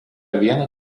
vieną